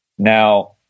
Now